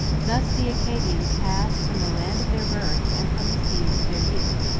thus the acadians passed from the land of their birth and from the scenes of their youth.